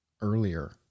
earlier